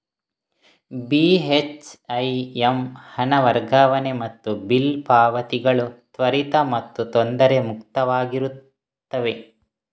ಬಿ.ಹೆಚ್.ಐ.ಎಮ್ ಹಣ ವರ್ಗಾವಣೆ ಮತ್ತು ಬಿಲ್ ಪಾವತಿಗಳು ತ್ವರಿತ ಮತ್ತು ತೊಂದರೆ ಮುಕ್ತವಾಗಿರುತ್ತವೆ